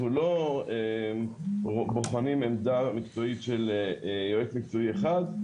אנחנו לא בוחנים עמדה מקצועית של יועץ מקצועי אחד,